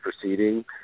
proceeding